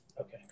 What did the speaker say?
Okay